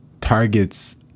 targets